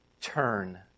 turn